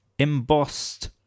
Embossed